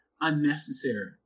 unnecessary